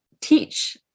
teach